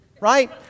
Right